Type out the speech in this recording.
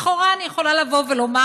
לכאורה, אני יכולה לבוא ולומר: